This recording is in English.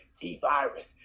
t-virus